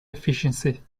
efficiency